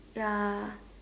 ya